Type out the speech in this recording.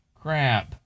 Crap